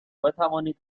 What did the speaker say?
بتوانید